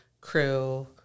Crew